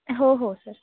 हो हो सर